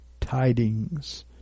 tidings